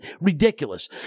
Ridiculous